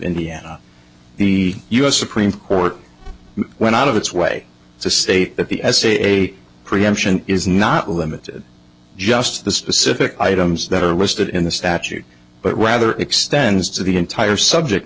indiana the us supreme court went out of its way to say that the as a preemption is not limited to just the specific items that are listed in the statute but rather extends to the entire subject